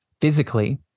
physically